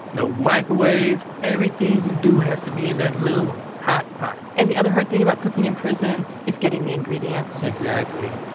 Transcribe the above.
no microwaves. everything you do has to be in that little hot pot and the other hard thing about cooking in prison is getting the ingredients exactly,